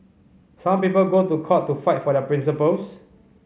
some people go to court to fight for their principles